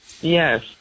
Yes